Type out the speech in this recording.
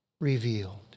revealed